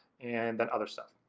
and then other stuff.